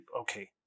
Okay